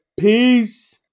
Peace